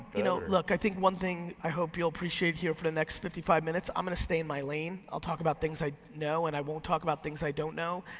you know, look, i think one thing i hope you'll appreciate here for the next fifty five minutes, i'm gonna stay in my lane. i'll talk about things i know and i won't talk about things i don't know.